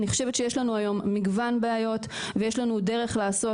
אני חושבת שיש לנו היום מגוון בעיות ויש לנו דרך לעשות,